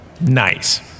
Nice